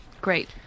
Great